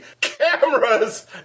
cameras